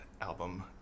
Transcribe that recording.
album